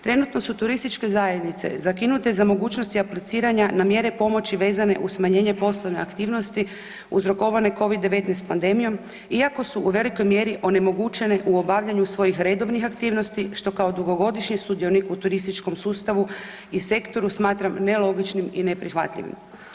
Trenutno su turističke zajednice zakinute za mogućnosti apliciranja na mjere pomoći vezane uz smanjenje poslovne aktivnosti uzrokovane Covid-19 pandemijom iako su u velikoj mjeri onemogućene u obavljanju svojih redovnih aktivnosti, što kao dugogodišnji sudionik u turističkom sustavu i sektoru smatram nelogičnim i neprihvatljivim.